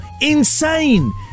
insane